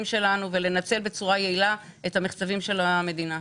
שלנו ולנצל בצורה יעילה את המחצבים של המדינה.